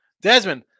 Desmond